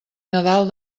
nadal